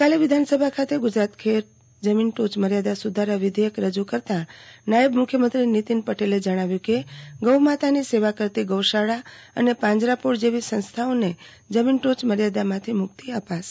ગઇકાલે વિધાનસભા ખાતે ગુજરાત ખેત જમીન ટોચ મર્યાદા સુધારા વિધેયક રજૂ કરતાં નાયબ મુખ્યમંત્રી નીતિન પટેલે જણાવ્યું કે ગૌ માતાની સેવા કરતી ગૌશાળા અને પાંજરાપોળ જેવી સંસ્થાઓને જમીન ટોચ મર્યાદામાંથી મુક્તિ અપાશે